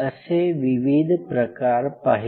असे विविध प्रकार पाहिले